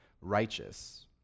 righteous